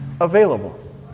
available